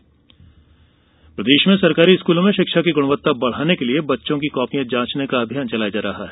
copy जांच अभियान प्रदेश के सरकारी स्कूलों में शिक्षा की गुणवत्ता बढ़ाने के लिए बच्चों की कॉपियां जांचने का अभियान चलाया जा रहा है